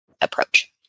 approach